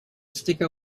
sticker